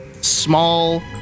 small